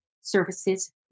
services